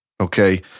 Okay